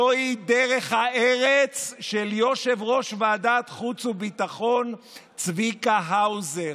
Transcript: זו דרך הארץ של יושב-ראש ועדת החוץ והביטחון צביקה האוזר,